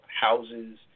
houses